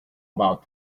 about